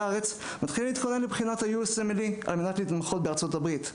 הארץ מתחילים להתכונן לבחינת USMLE כדי להתמחות בארצות-הברית.